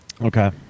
Okay